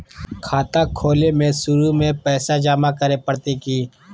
खाता खोले में शुरू में पैसो जमा करे पड़तई की?